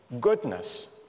goodness